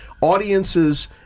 audiences